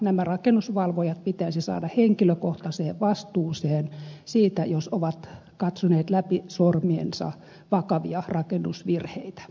nämä rakennusvalvojat pitäisi saada henkilökohtaiseen vastuuseen siitä jos ovat katsoneet läpi sormiensa vakavia rakennusvirheitä